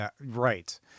right